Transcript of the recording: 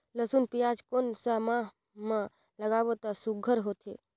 लसुन पियाज कोन सा माह म लागाबो त सुघ्घर होथे?